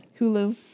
Hulu